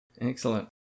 Excellent